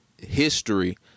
History